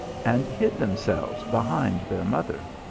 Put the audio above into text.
and hid themselves behind their mother.